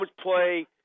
play